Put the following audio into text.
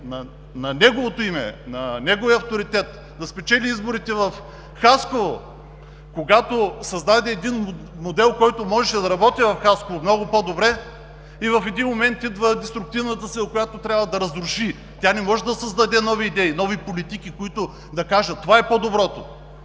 с неговото име, с неговия авторитет да спечели изборите в Хасково, когато създаде модел, който можеше да работи в Хасково много по-добре, и в един момент идва деструктивната сила, която трябва да разруши. Тя не може да създаде нови идеи, нови политики, които да кажат: това е по-доброто.